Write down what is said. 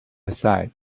aside